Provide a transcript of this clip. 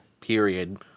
period